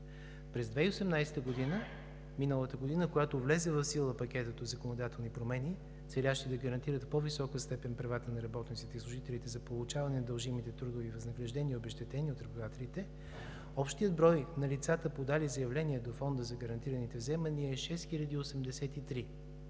През 2018 г. – миналата година, когато влезе в сила пакетът от законодателни промени, целящи да гарантират в по-висока степен правата на работниците и служителите за получаване на дължимите трудови възнаграждения и обезщетения от работодателите, общият брой на лицата, подали заявление до Фонда за гарантираните вземания е 6083,